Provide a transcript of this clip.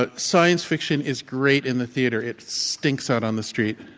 but science fiction is great in the theater. it stinks out on the street.